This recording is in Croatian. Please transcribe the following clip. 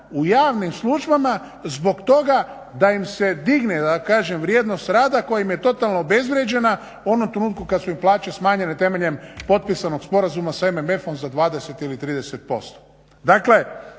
u javnim službama zbog toga da im se digne, da kažem, vrijednost rada koja im je totalno obezvrijeđena u onom trenutku kad su im plaće smanjene temeljem potpisanog sporazuma s MMF-om za 20 ili 30%.